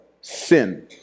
sin